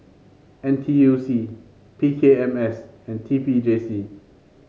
N T U C P K M S and T P J C